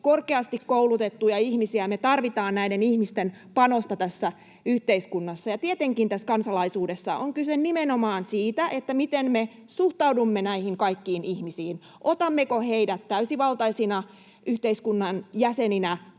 korkeasti koulutettuja ihmisiä. Me tarvitaan näiden ihmisten panosta tässä yhteiskunnassa. Ja tietenkin tässä kansalaisuudessa on kyse nimenomaan siitä, miten me suhtaudumme näihin kaikkiin ihmisiin: otammeko heidät täysivaltaisina yhteiskunnan jäseninä